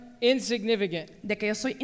Insignificant